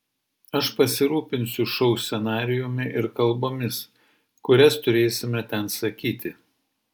aš pasirūpinsiu šou scenarijumi ir kalbomis kurias turėsime ten sakyti